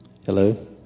Hello